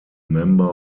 member